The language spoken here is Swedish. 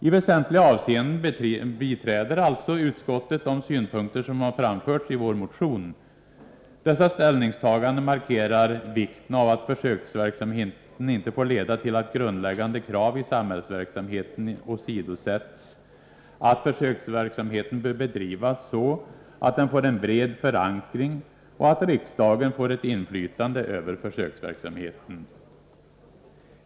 I väsentliga avseenden biträder alltså utskottet de synpunkter som framförts i vår motion. Dessa ställningstaganden markerar vikten av att försöksverksamheten inte får leda till att grundläggande krav i samhällsverksamheten åsidosätts — att försöksverksamheten bör bedrivas så att den får en bred förankring och att riksdagen får ett inflytande över försöksverksamheten.